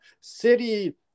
City